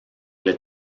les